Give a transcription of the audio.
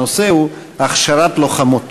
הנושא הוא: הכשרת לוחמות.